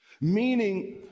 Meaning